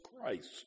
Christ